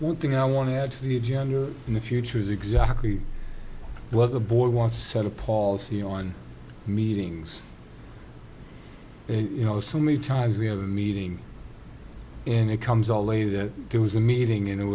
one thing i want to add to the your in the future is exactly what the board wants to set a palsy on meetings you know so many times we have a meeting and it comes out later that there was a meeting and it